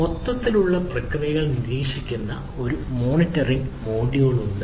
മൊത്തത്തിലുള്ള പ്രക്രിയകൾ നിരീക്ഷിക്കുന്ന ഒരു മോണിറ്ററിംഗ് മൊഡ്യൂൾ ഉണ്ട്